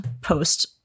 post